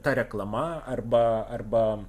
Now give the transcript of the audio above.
ta reklama arba arba